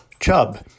chub